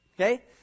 Okay